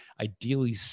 ideally